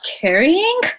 carrying